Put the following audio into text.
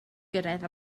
gyrraedd